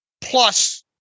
plus